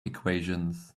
equations